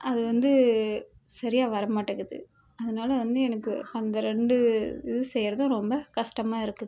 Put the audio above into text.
அது வந்து சரியாக வரமாட்டேங்கிறது அதனால வந்து எனக்கு அந்த ரெண்டு இது செய்கிறதும் ரொம்ப கஷ்டமா இருக்குது